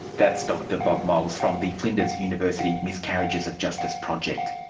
that's dr bob moles from the flinders university miscarriages of justice project.